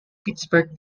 pittsburgh